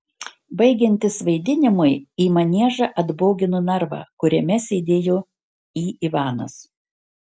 baigiantis vaidinimui į maniežą atbogino narvą kuriame sėdėjo į ivanas